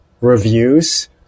reviews